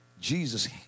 Jesus